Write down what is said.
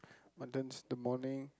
muttons the morning